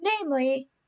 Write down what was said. namely